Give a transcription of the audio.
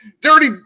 Dirty